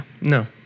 no